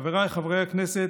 חבריי חברי הכנסת,